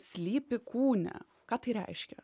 slypi kūne ką tai reiškia